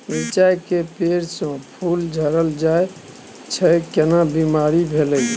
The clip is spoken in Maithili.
मिर्चाय के पेड़ स फूल झरल जाय छै केना बीमारी भेलई?